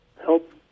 help